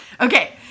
Okay